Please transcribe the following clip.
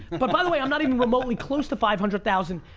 but by the way, i'm not even remotely close to five hundred thousand.